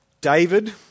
David